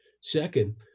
Second